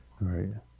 Right